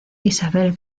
isabel